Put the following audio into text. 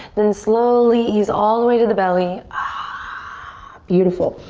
then slowly ease all the way to the belly. ah beautiful.